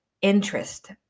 interest